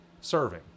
serving